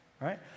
right